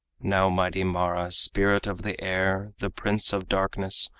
now mighty mara, spirit of the air, the prince of darkness,